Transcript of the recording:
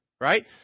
right